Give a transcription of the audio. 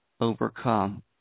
overcome